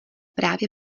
právě